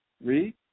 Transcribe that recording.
read